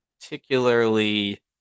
particularly